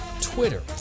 Twitter